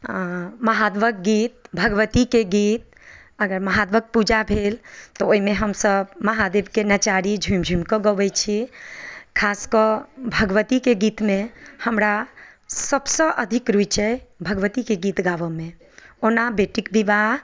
अऽ महादेबक गीत भगबती के गीत अगर महादेबक पूजा भेल तऽ ओहिमे हमसभ महादेबके नचारी झुमि झुमि कऽ गबै छियै खास कऽ भगबती के गीत मे हमरा सभसँ अधिक रुचि अछि भगबती के गीत गाबऽ मे ओना बेटीक बिबाह